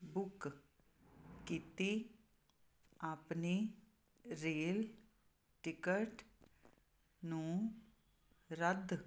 book ਕੀਤੀ ਆਪਣੀ rail ticket ਨੂੰ ਰੱਦ